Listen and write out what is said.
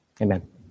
Amen